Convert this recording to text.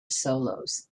solos